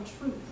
truth